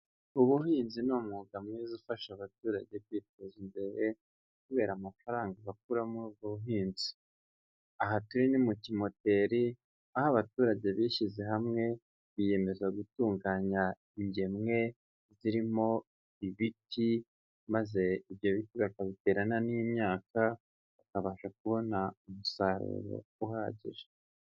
Ubuhinzi ni umwuga mwiza ufasha abaturage kwiteza imbere kubera amafaranga bakura muri ubwo buhinzi, aha turi ni mu kimoteri aho abaturage bishyize hamwe biyemeza gutunganya ingemwe zirimo ibiti, maze ibyo biti bakabiterana n'imyaka bakabasha kubona umusaruro uhagije.